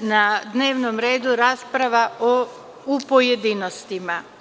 na dnevnom redu rasprava u pojedinostima.